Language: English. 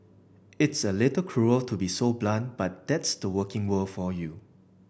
it's a little cruel to be so blunt but that's the working world for you